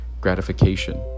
gratification